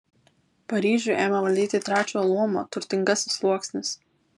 paryžių ėmė valdyti trečiojo luomo turtingasis sluoksnis